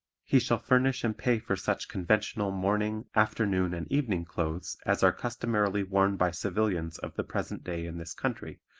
he shall furnish and pay for such conventional morning, afternoon and evening clothes as are customarily worn by civilians of the present day in this country,